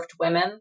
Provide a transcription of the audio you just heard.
women